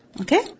Okay